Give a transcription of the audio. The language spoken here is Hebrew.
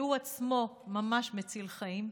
שהוא עצמו ממש מציל חיים.